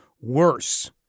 worse